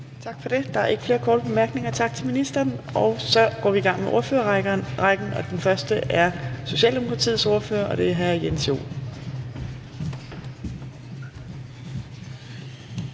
Tak for det. Så er der ikke flere korte bemærkninger. Tak til ministeren. Så går vi i gang med ordførerrækken, og den første er Socialdemokraternes ordfører, og det er hr. Jens Joel.